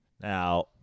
now